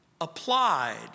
applied